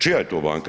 Čija je to banka?